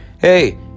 hey